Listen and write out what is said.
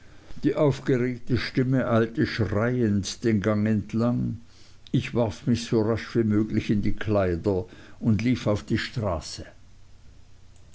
die aufgeregte stimme eilte schreiend den gang entlang ich warf mich so rasch wie möglich in die kleider und lief auf die straße